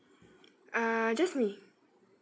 uh just me